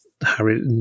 Harry